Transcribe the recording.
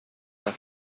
das